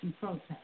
protest